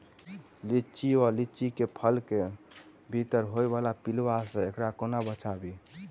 लिच्ची वा लीची केँ फल केँ भीतर होइ वला पिलुआ सऽ एकरा कोना बचाबी?